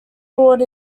board